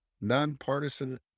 Nonpartisan